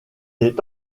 est